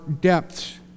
depths